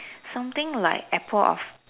something like apple of